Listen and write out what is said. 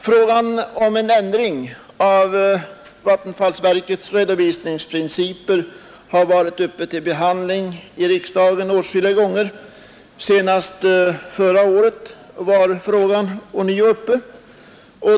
Frågan om en ändring av vattenfallsverkets redovisningsprinciper har varit uppe till behandling i riksdagen åtskilliga gånger, senast förra året.